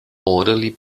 orderly